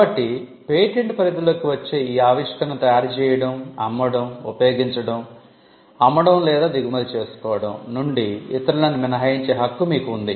కాబట్టి పేటెంట్ పరిధిలోకి వచ్చే ఈ ఆవిష్కరణను 'తయారు చేయడం అమ్మడం ఉపయోగించడం అమ్మడం లేదా దిగుమతి చేసుకోవడం' నుండి ఇతరులను మినహాయించే హక్కు మీకు ఉంది